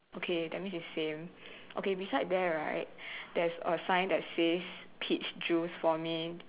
okay that means is same okay beside there right there's a sign that says peach juice for me